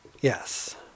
Yes